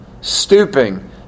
stooping